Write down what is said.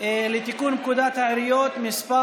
לתיקון פקודת העיריות (מס'